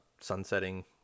sunsetting